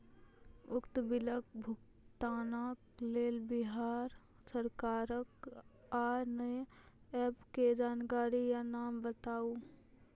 उक्त बिलक भुगतानक लेल बिहार सरकारक आअन्य एप के जानकारी या नाम बताऊ?